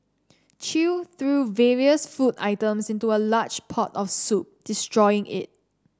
chew threw various food items into a large pot of soup destroying it